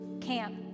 camp